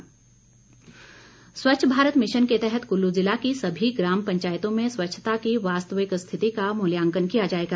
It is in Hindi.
स्वच्छता मूल्यांकन स्वच्छ भारत मिशन के तहत कुल्लू ज़िला की सभी ग्राम पंचायतों में स्वच्छता की वास्वविक स्थिति का मूल्यांकन किया जाएगा